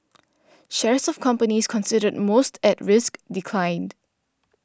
shares of companies considered most at risk declined